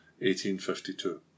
1852